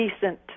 decent